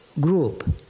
group